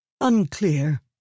Unclear